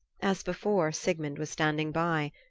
as before sigmund was standing by.